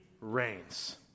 reigns